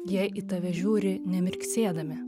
jie į tave žiūri nemirksėdami